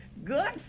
Good